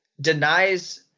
denies